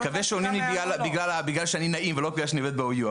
אני מקווה שעונים לי בגלל שאני נעים ולא בגלל שאני עובד ב-OU,